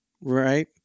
right